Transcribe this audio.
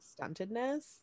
stuntedness